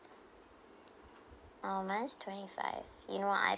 oh mine is twenty five you know what I